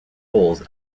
poles